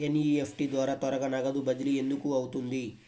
NEFT ద్వారా త్వరగా నగదు బదిలీ ఎందుకు అవుతుంది?